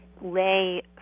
lay